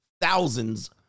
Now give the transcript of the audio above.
thousands